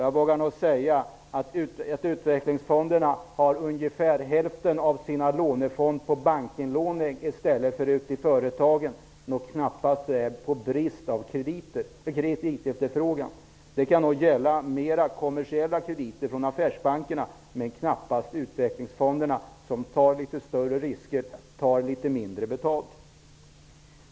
Jag vågar säga att utvecklingsfonderna har ungefär hälften av sina lånefonder på bankinlåning i stället för ute i företagen. Det beror knappast på brist på kreditefterfrågan. Det kan nog gälla mer kommersiella krediter från affärsbankerna, men knappast utvecklingsfonderna, som tar litet större risker och litet mindre betalt.